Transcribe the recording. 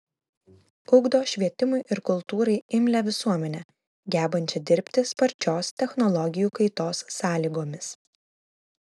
ugdo švietimui ir kultūrai imlią visuomenę gebančią dirbti sparčios technologijų kaitos sąlygomis